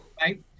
Right